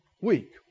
week